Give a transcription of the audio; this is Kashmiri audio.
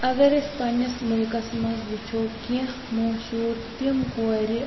اگر ٲسۍ پَنِنس مُلکس منٛز وٕچھو کیٛنٚہہ مشہوٗر تِم کورِ